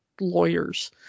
lawyers